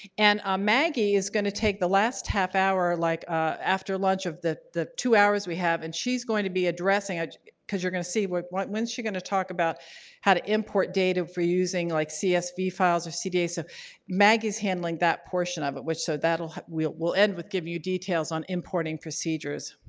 and ah maggie is going to take the last half hour, like ah after lunch of the the two hours we have and she's going to be addressing ah because you're going to see what what when's she going to talk about how to import data for using like, csv files or cda so maggie's handling that portion of it, which so that'll we'll we'll end with giving you details on importing procedures.